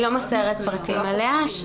אני לא מוסרת פרטים עליה.